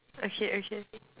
okay okay